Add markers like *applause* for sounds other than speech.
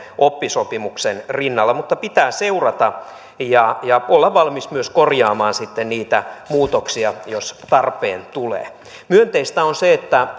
oppisopimuksen rinnalla mutta pitää seurata ja ja olla valmis myös korjaamaan niitä muutoksia jos tarpeen tulee myönteistä on se että *unintelligible*